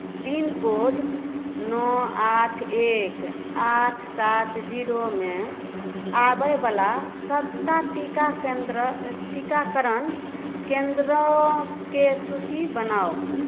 pincode नओ आठ एक आठ सात जीरोमे आबय बला सबटा टीकाकरण केंद्रके सूची बनाउ